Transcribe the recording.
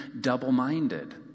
double-minded